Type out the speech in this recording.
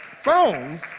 phones